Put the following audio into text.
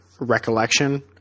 recollection